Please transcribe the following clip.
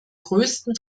größten